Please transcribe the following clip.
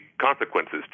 consequences